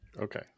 Okay